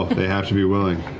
they have to be willing.